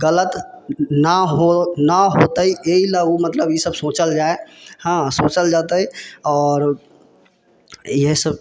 गलत नहि हो नहि होतै एहि लए ओ मतलब ई सब सोचल जाय हँ सोचल जेतै आओर इहे सब